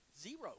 Zero